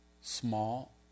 small